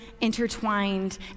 intertwined